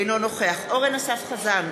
אינו נוכח אורן אסף חזן,